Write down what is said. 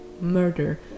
murder